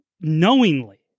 knowingly